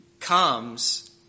comes